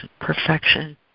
perfection